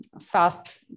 fast